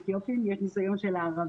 יש ניסיון של המשטרה להעלים אתיופים.